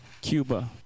Cuba